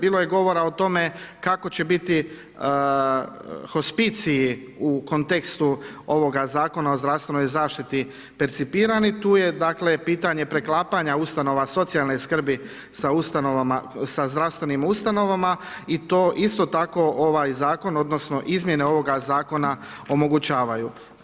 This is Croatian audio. Bilo je govora o tome kako će biti hospiciji u kontekstu ovoga zakona o zdravstvenoj zaštiti percipirani, tu je pitanje preklapanja ustanova socijalne skrbi sa ustanovama, sa zdravstvenim ustanovama i to isto tako ovaj zakon odnosno, izmjene ovoga zakona omogućavaju.